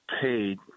paid